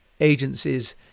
agencies